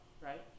right